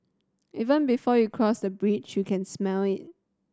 even before you cross the bridge you can smell it